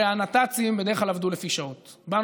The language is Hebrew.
הרי הנת"צים עבדו לפי שעות, בדרך כלל.